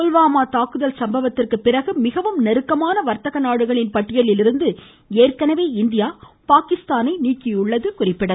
புல்வாமா தாக்குதல் சம்பவத்திற்கு பிறகு மிகவும் நெருக்கமான வர்த்தக நாடுகளின் பட்டியலிலிருந்து ஏற்கனவே இந்தியா பாகிஸ்தானை நீக்கியுள்ளதும் குறிப்பிடத்தக்கது